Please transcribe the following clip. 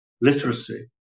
literacy